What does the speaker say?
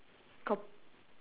got